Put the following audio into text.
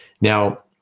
Now